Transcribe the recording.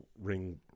ring